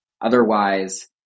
Otherwise